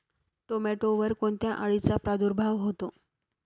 टोमॅटोवर कोणत्या अळीचा प्रादुर्भाव होतो?